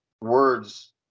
words